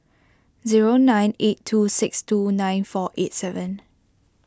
zero nine eight two six two nine four eight seven